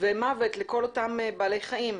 ומוות לכל אותם בעלי חיים.